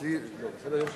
אצלי, סדר-היום שלנו,